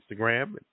Instagram